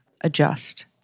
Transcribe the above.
adjust